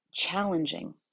challenging